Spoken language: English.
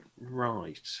Right